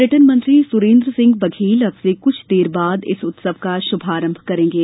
पर्यटन मंत्री सुरेन्द्र सिंह बघेल अब से कुछ देर बाद इस उत्सव का शुभारम्भ करेंगे